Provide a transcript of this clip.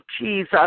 Jesus